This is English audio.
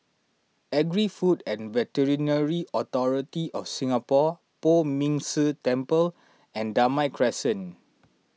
Agri Food and Veterinary Authority of Singapore Poh Ming Tse Temple and Damai Crescent